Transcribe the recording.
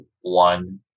one